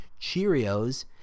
Cheerios